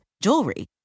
jewelry